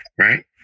right